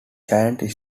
giant